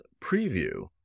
preview